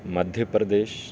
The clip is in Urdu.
مدھیہ پردیش